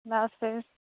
اللہ حافظ